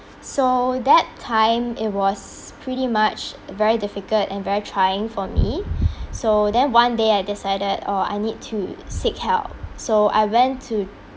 so that time it was pretty much very difficult and very trying for me so then one day I decided orh I need to seek help so I went to